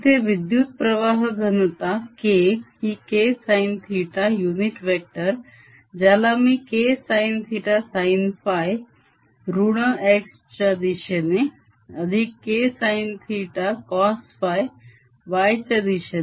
इथे विद्युतप्रवाह घनता k ही K sinϴ युनिट वेक्टर ज्याला मी Ksinθsinϕ ऋण x च्या दिशेने अधिक Ksinθcosϕ yच्या दिशेने